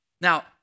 Now